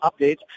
updates